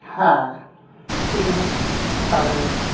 ᱦᱮᱸ ᱤᱧ ᱥᱟᱬᱮᱥ